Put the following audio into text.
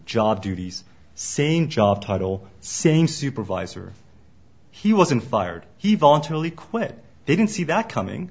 job duties same job title same supervisor he wasn't fired he voluntarily quit didn't see that coming